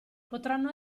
potranno